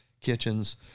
kitchens